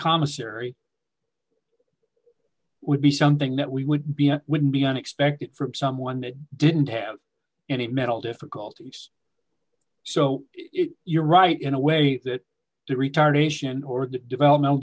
commissary would be something that we would be a wouldn't be unexpected for someone that didn't have any mental difficulties so you're right in a way that the retardation or the developmental